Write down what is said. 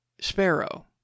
Sparrow